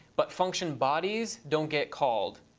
but function bodies don't get called.